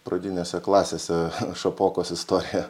pradinėse klasėse šapokos istoriją